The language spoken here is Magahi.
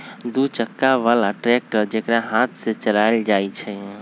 दू चक्का बला ट्रैक्टर जेकरा हाथे से चलायल जाइ छइ